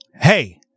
Hey